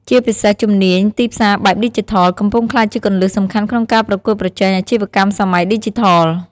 ជាពិសេស ជំនាញ ទីផ្សារបែបឌីជីថល កំពុងក្លាយជាគន្លឹះសំខាន់ក្នុងការប្រកួតប្រជែងអាជីវកម្មសម័យឌីជីថល។